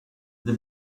the